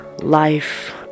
life